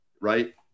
Right